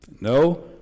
No